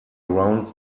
around